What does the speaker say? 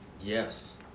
yes